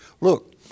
look